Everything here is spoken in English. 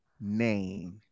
name